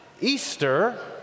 Easter